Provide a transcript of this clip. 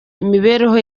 imibereho